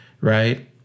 Right